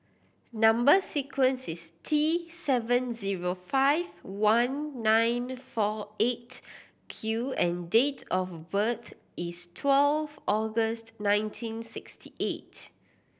number sequence is T seven zero five one nine four Eight Q and date of birth is twelve August nineteen sixty eight